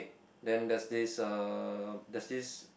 then there's this uh there's this